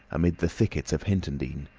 amid the thickets of hintondean,